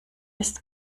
ist